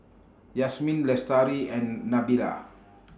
Yasmin Lestari and Nabila